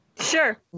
sure